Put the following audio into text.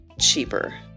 cheaper